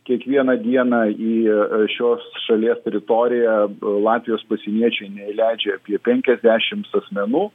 kiekvieną dieną į šios šalies teritoriją latvijos pasieniečiai neįleidžia apie penkiasdešims asmenų